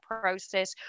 process